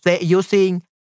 using